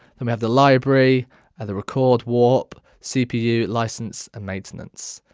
then we have the library and the record warp cpu license and maintenance.